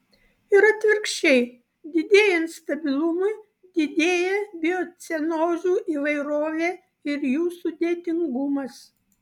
ir atvirkščiai didėjant stabilumui didėja biocenozių įvairovė ir jų sudėtingumas